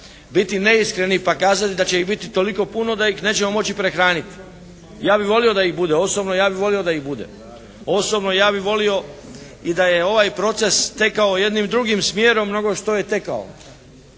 biti neiskreni pa kazati da će ih biti toliko puno da ih nećemo moći prehraniti. Ja bih volio da ih bude. Osobno ja bih volio da ih bude. Osobno ja bih volio i da je ovaj proces tekao jednim drugim smjerom nego što je tekao.